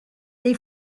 they